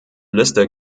liste